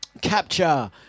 Capture